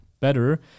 better